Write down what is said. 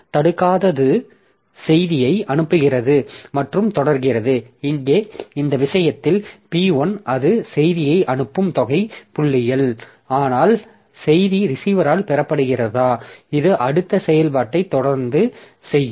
தடுக்காதது செய்தியை அனுப்புகிறது மற்றும் தொடர்கிறது இங்கே இந்த விஷயத்தில் P1 அது செய்தியை அனுப்பும் தொகை புள்ளியில் ஆனால் செய்தி ரிசீவரால் பெறப்படுகிறதா அது அடுத்த செயல்பாட்டை தொடர்ந்து செய்யும்